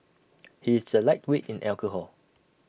he is A lightweight in alcohol